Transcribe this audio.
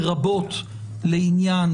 לרבות לעניין",